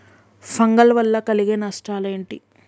Fungal వల్ల కలిగే నష్టలేంటి?